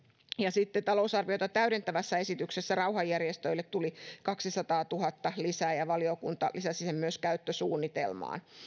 sitten talousarviota täydentävässä esityksessä rauhanjärjestöille tuli kaksisataatuhatta lisää ja valiokunta lisäsi sen myös käyttösuunnitelmaan